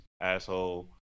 asshole